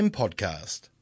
podcast